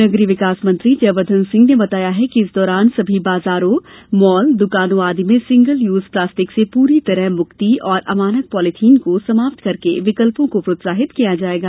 नगरीय विकास मंत्री जयवर्धन सिंह ने बताया है कि इस दौरान सभी बाजारों मॉल द्वकानों आदि में सिंगल यूज प्लास्टिक से पूरी तरह मुक्ति और अमानक पॉलिथिन को समाप्त करके विकल्पों को प्रोत्साहित किया जायेगा